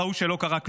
ראו שלא קרה כלום.